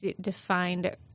defined